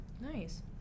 Nice